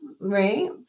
right